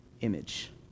image